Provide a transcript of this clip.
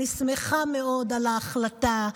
אני שמחה מאוד על ההחלטה.